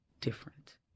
different